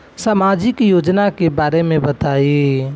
सामाजिक योजना के बारे में बताईं?